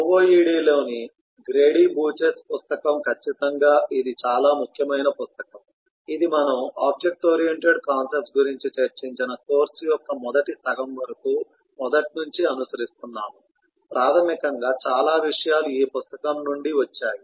OOAD లోని Grady Booch's పుస్తకం ఖచ్చితంగా ఇది చాలా ముఖ్యమైన పుస్తకం ఇది మనము ఆబ్జెక్ట్ ఓరియెంటెడ్ కాన్సెప్ట్స్ గురించి చర్చించిన కోర్సు యొక్క మొదటి సగం వరకు మొదట్నుంచీ అనుసరిస్తున్నాము ప్రాథమికంగా చాలా విషయాలు ఈ పుస్తకం నుండి వచ్చాయి